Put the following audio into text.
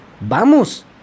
Vamos